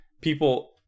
people